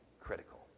critical